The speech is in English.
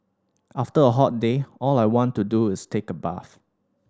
after a hot day all I want to do is take a bath